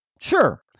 Sure